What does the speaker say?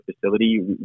facility